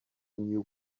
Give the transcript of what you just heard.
new